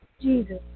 Jesus